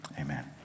Amen